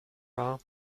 war